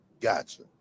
Gotcha